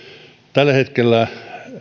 tällä hetkellä